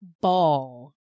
ball